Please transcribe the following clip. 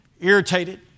irritated